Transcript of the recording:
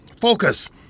focus